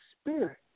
Spirit